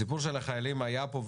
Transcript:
הסיפור של החיילים היה פה,